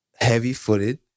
heavy-footed